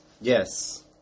Yes